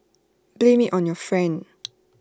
blame IT on your friend